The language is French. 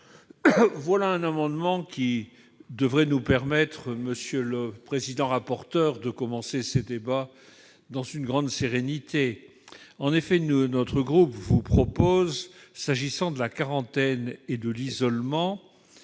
Voilà un amendement qui devrait nous permettre, monsieur le rapporteur, de commencer ce débat dans une grande sérénité ... En effet, notre groupe propose de prévoir, s'agissant de la quarantaine et de l'isolement,